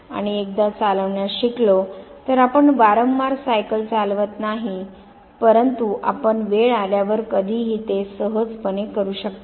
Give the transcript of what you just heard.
आणि एकदा चालवण्यास शिकलो तर आपण वारंवार सायकल चालवित नाही परंतु आपण वेळ आल्यावर कधीही ते सहजपणे करू शकता